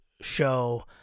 show